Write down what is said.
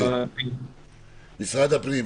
משרד הפנים,